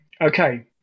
Okay